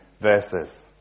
verses